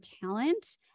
talent